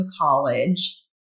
college